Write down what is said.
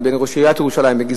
לבין ראש עיריית ירושלים